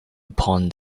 upon